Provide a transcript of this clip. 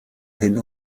hin